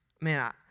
Man